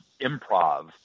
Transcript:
improv